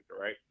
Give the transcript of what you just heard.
right